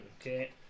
okay